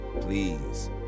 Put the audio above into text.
Please